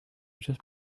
just